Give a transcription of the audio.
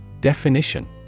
Definition